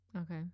Okay